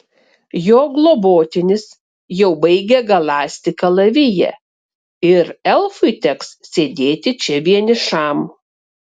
jo globotinis jau baigia galąsti kalaviją ir elfui teks sėdėti čia vienišam